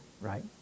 Right